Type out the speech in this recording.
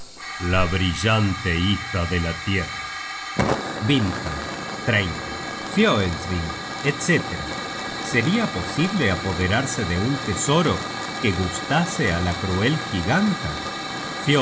la brillante hija de la tierra content from google book search generated at vindkal fioelsving etc seria posible apoderarse de un tesoro que gustase á la cruel giganta